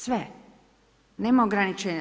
Sve, nema ograničenja.